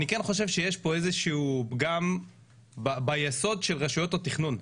אני כן חושב שיש פה איזשהו פגם ביסוד של רשויות התכנון.